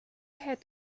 had